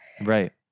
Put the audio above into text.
Right